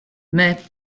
mais